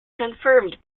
confirmed